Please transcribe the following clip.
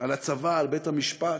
על הצבא, על בית-המשפט,